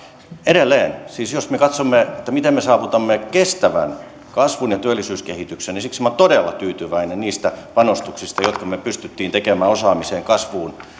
edelleen siis jos me katsomme miten me saavutamme kestävän kasvun ja työllisyyskehityksen minä olen todella tyytyväinen niistä panostuksista jotka me me pystyimme tekemään osaamiseen